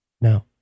No